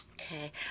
Okay